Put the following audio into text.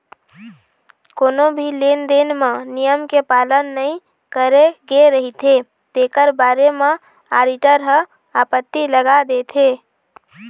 कोनो भी लेन देन म नियम के पालन नइ करे गे रहिथे तेखर बारे म आडिटर ह आपत्ति लगा देथे